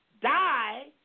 die